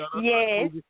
Yes